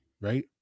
right